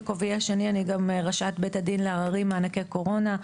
בכובעי השני אני גם ראשת בית הדין לעררים מענקי קורונה.